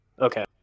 okay